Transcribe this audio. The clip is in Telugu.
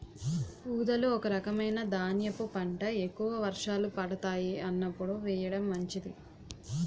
ఊదలు ఒక రకమైన ధాన్యపు పంట, ఎక్కువ వర్షాలు పడతాయి అన్నప్పుడు వేయడం మంచిది